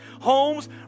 Homes